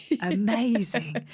amazing